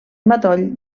matoll